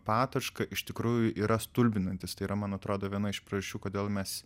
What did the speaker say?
patočka iš tikrųjų yra stulbinantis tai yra man atrodo viena iš priežasčių kodėl mes